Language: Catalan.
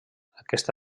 aquesta